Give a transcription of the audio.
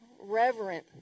reverent